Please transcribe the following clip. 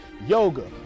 yoga